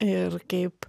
ir kaip